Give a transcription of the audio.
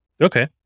Okay